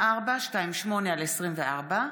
מאת חברי הכנסת אוסאמה סעדי ואחמד טיבי,